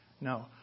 No